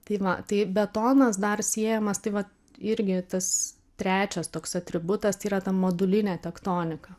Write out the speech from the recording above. tai va tai betonas dar siejamas tai vat irgi tas trečias toks atributas tai yra ta modulinė tektonika